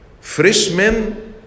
freshmen